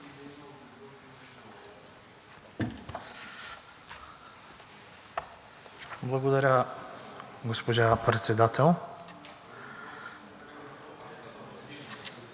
Благодаря, госпожо Председател.